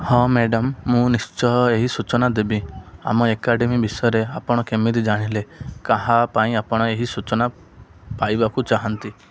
ହଁ ମ୍ୟାଡ଼ାମ୍ ମୁଁ ନିଶ୍ଚୟ ଏହି ସୂଚନା ଦେବି ଆମ ଏକାଡ଼େମୀ ବିଷୟରେ ଆପଣ କେମିତି ଜାଣିଲେ କାହା ପାଇଁ ଆପଣ ଏହି ସୂଚନା ପାଇବାକୁ ଚାହାଁନ୍ତି